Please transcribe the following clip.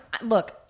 Look